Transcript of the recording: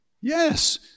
Yes